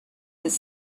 his